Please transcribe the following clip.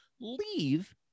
leave